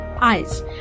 eyes